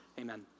amen